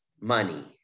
money